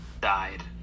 died